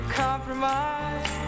compromise